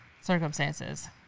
Circumstances